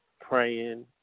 praying